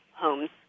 homes